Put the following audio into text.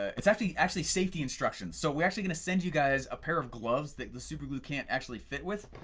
ah it's actually actually safety instructions so we're actually gonna send you guys a pair of gloves that the super glue can't actually fit with.